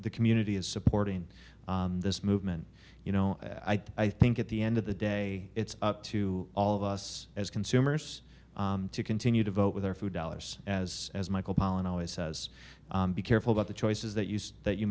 the community is supporting this movement you know i think at the end of the day it's up to all of us as consumers to continue to vote with their food dollars as as michael pollan always says be careful about the choices that you see that you